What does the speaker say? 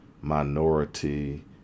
minority